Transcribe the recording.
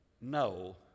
no